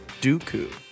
Dooku